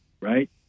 right